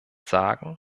sagen